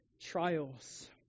Trials